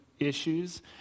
Issues